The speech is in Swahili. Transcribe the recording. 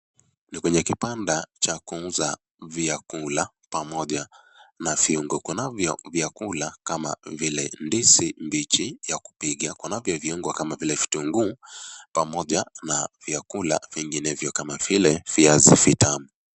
Ni kwenye kibanda cha kuuza vyakula pamoja na viungo, kuna vyakula kama vile ndizi mbichi ya kupika, kunavyo viungo kama vile vitunguu pamoja na vyakula vinginevyo kama vile viazi vitamu.